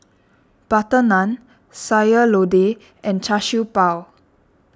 Butter Naan Sayur Lodeh and Char Siew Bao